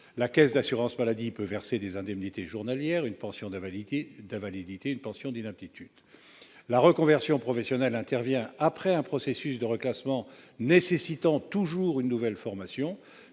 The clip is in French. La caisse d'assurance maladie peut verser des indemnités journalières, une pension d'invalidité ou une pension d'inaptitude. La reconversion professionnelle intervient après un processus de reclassement nécessitant toujours une nouvelle formation.